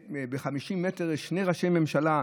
וב-50 מיליון שקל יש שני ראשי ממשלה,